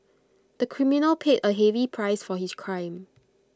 the criminal paid A heavy price for his crime